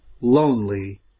lonely